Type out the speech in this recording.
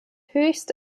höchst